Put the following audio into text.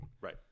right